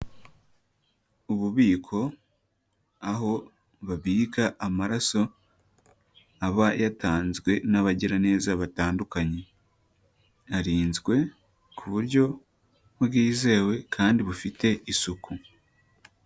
Ububiko aho babika amaraso aba yatanzwe n'abagiraneza batandukanye, arinzwe ku buryo bwizewe kandi bufite isuku.